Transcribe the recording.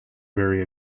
very